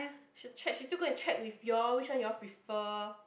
she check she still go and check with you all which one you all prefer